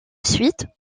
suite